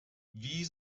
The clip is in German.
wie